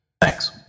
thanks